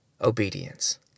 obedience